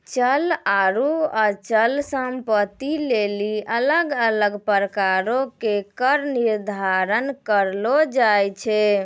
चल आरु अचल संपत्ति लेली अलग अलग प्रकारो के कर निर्धारण करलो जाय छै